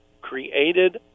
created